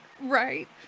Right